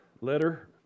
letter